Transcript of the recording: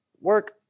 work